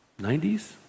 90s